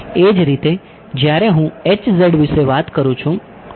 એ જ રીતે જ્યારે હું વિષે વાત કરું છું